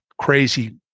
crazy